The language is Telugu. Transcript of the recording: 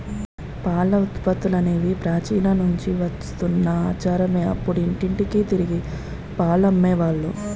పాల ఉత్పత్తులనేవి ప్రాచీన నుంచి వస్తున్న ఆచారమే అప్పుడు ఇంటింటికి తిరిగి పాలు అమ్మే వాళ్ళు